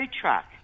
truck